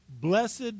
blessed